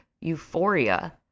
Euphoria